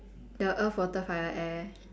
the earth water fire air